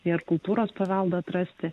ir kultūros paveldą atrasti